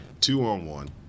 two-on-one